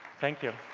thank you.